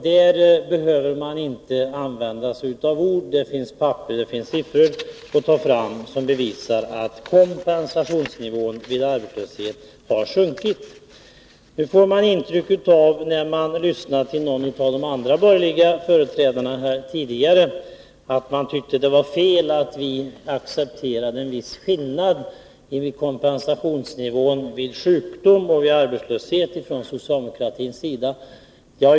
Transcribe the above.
Där behöver man inte använda sig av ord — det finns papper och siffror att ta fram som bevisar att kompensationsnivån vid arbetslöshet har sjunkit. Man får intryck av, när man lyssnar till de andra borgerliga företrädarna, att de tyckte att det var fel att vi från socialdemokratins sida accepterade en viss skillnad i kompensationsnivå vid sjukdom och vid arbetslöshet.